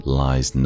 lies